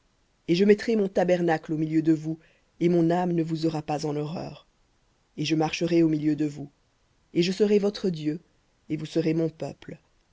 et je mettrai mon tabernacle au milieu de vous et mon âme ne vous aura pas en horreur et je marcherai au milieu de vous et je serai votre dieu et vous serez mon peuple